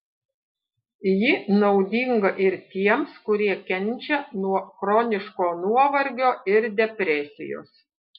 ji naudinga ir tiems kurie kenčia nuo chroniško nuovargio ir depresijos